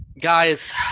guys